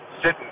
sitting